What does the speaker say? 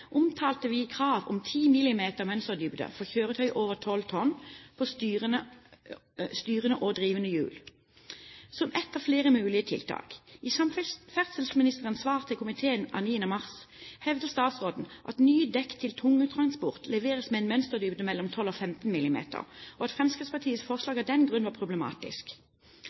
omtalte vi krav om 10 mm mønsterdybde for kjøretøy over 12 tonn på styrende og drivende hjul, som ett av flere mulige tiltak. I samferdselsministerens svar til komiteen av 9. mars hevder statsråden at nye dekk til tungtransport leveres med en mønsterdybde på 12–15 mm, og at Fremskrittspartiets forslag av den grunn var problematisk.